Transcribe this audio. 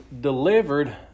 delivered